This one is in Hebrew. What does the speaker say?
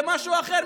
זה משהו אחר.